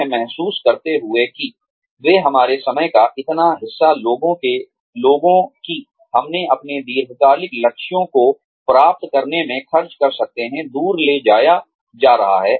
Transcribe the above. यह महसूस करते हुए कि वे हमारे समय का इतना हिस्सा लेंगे कि हम अपने दीर्घकालिक लक्ष्यों को प्राप्त करने में खर्च कर सकते हैं दूर ले जाया जा रहा है